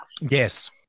yes